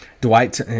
Dwight